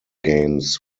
games